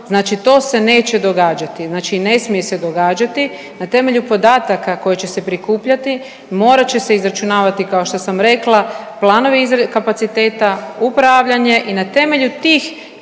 znači to se neće događati, znači ne smije se događati. Na temelju podataka koje će se prikupljati morat će se izračunavati kao što sam rekla planovi kapaciteta, upravljanje i na temelju tih